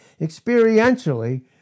experientially